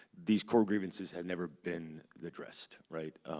these core grievances have never been addressed, right?